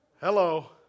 Hello